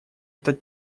этот